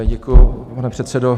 Děkuji, pane předsedo.